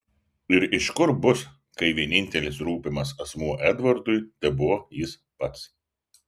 ir iš kur bus kai vienintelis rūpimas asmuo edvardui tebuvo jis pats